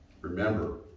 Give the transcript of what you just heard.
remember